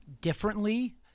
differently